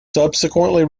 subsequently